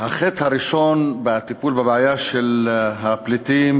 החטא הראשון בטיפול בבעיה של הפליטים